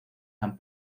han